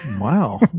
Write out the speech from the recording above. Wow